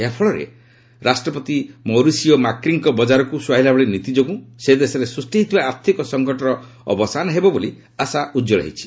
ଏହା ଫଳରେ ରାଷ୍ଟ୍ରପତି ମୌରିସିଓ ମାକ୍ରିଙ୍କ ବଜାରକ୍ତ ସ୍ୱହାଇଲା ଭଳି ନୀତି ଯୋଗୁଁ ସେ ଦେଶରେ ସୃଷ୍ଟି ହୋଇଥିବା ଆର୍ଥିକ ସଂକଟର ଅବସାନ ହେବ ବୋଲି ଆଶା ଉଜ୍ଜଳ ହୋଇଛି